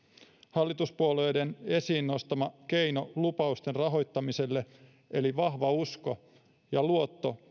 hallituspuolueiden esiin nostama keino lupausten rahoittamiseen eli vahva usko ja luotto